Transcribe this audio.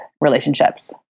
relationships